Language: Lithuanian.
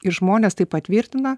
ir žmonės tai patvirtina